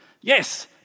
yes